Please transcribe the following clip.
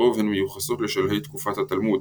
רוב הן מיוחסות לשלהי תקופת התלמוד.